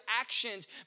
actions